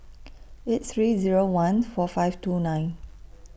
eight three Zero one four five two nine